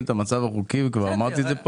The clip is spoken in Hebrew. את המצב החוקי וכבר אמרתי את זה כאן,